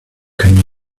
can